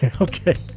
Okay